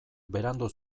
berandu